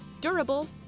durable